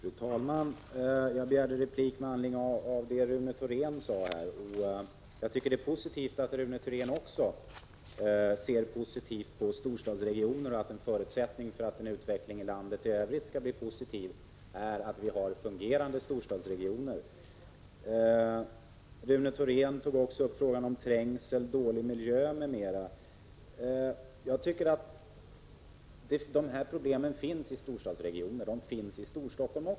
Fru talman! Jag begärde replik med anledning av Rune Thoréns anförande. Det är glädjande att Rune Thorén också ser positivt på storstadsregioner och tycker att en förutsättning för att utvecklingen i landet i övrigt är att vi har fungerande storstadsregioner. Rune Thorén talade om trängsel, dålig miljö, m.m. Sådana problem finns i storstadsregioner, också i Storstockholm.